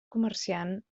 comerciant